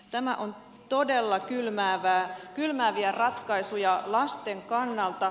nämä ovat todella kylmääviä ratkaisuja lasten kannalta